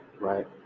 right